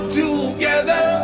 together